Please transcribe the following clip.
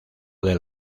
del